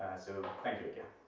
so thank you again.